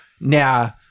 now